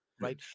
Right